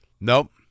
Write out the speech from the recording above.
nope